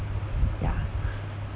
yeah